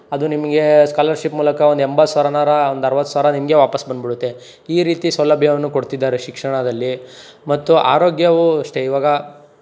ಅದು ನಿಮಗೆ ಸ್ಕಾಲರ್ಶಿಪ್ ಮೂಲಕ ಒಂದು ಎಂಬತ್ತು ಸಾವ್ರನಾರಾ ಒಂದು ಅರ್ವತ್ತು ಸಾವಿರ ನಿಮಗೆ ವಾಪಾಸ್ ಬಂದ್ಬಿಡುತ್ತೆ ಈ ರೀತಿ ಸೌಲಭ್ಯವನ್ನು ಕೊಡ್ತಿದ್ದಾರೆ ಶಿಕ್ಷಣದಲ್ಲಿ ಮತ್ತು ಆರೋಗ್ಯವೂ ಅಷ್ಟೆ ಇವಾಗ